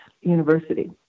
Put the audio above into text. university